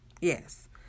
yes